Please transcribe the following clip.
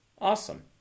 awesome